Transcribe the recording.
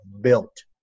built